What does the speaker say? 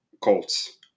Colts